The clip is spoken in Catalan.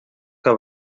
que